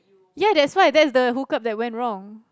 ya that's why that's the hook up that went wrong